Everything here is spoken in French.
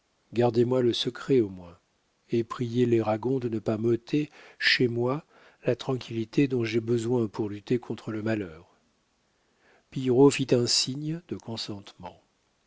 gardez-moi le secret au moins et priez les ragon de ne pas m'ôter chez moi la tranquillité dont j'ai besoin pour lutter contre le malheur pillerault fit un signe de consentement